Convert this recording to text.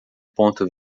ponto